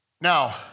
Now